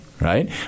right